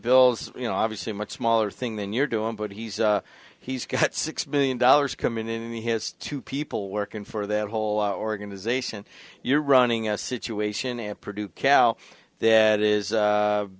bills you know obviously much smaller thing than you're doing but he's he's got six million dollars come in and he has two people working for that whole organization you're running a situation and produce cal that is